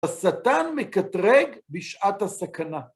השטן מקטרג בשעת הסכנה.